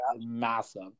Massive